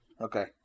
Okay